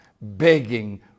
begging